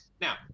now